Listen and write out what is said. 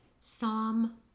Psalm